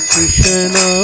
Krishna